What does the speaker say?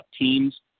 teams